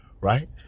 right